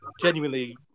genuinely